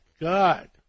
God